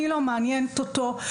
אני לא מעניינת אותו,